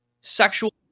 sexual